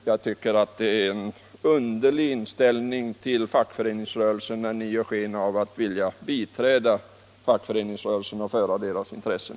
Jag tycker att det är en underlig inställning till fackföreningsrörelsen med tanke på att ni ju ger sken av att vilja stödja den och främja dess intressen.